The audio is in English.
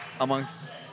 amongst